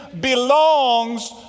belongs